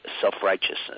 self-righteousness